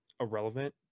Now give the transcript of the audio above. irrelevant